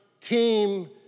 Team